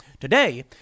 Today